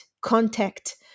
contact